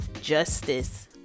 justice